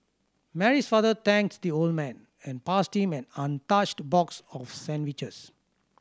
Mary's father thanks the old man and passed him an untouched box of sandwiches